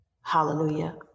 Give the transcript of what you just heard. Hallelujah